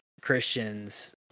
Christians